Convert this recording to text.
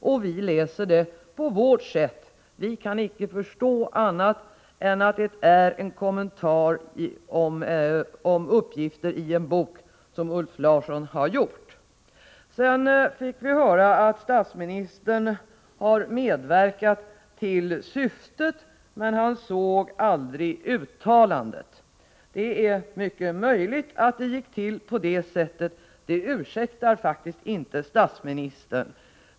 Vi har läst det på vårt sätt, och vi kan icke förstå annat än att det är en kommentar som Ulf Larsson har gjort om uppgifter i en bok. Vi fick också höra att statsministern har medverkat när det gäller syftet bakom uttalandet, men att han aldrig såg det skrivna uttalandet. Det är mycket möjligt att det gick till på det sättet, men det ursäktar faktiskt inte statsministern.